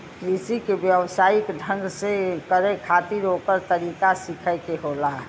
कृषि के व्यवसायिक ढंग से करे खातिर ओकर तरीका सीखे के होला